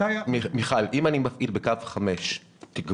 אם אני מפעיל בקו 5 תגבור,